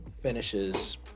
finishes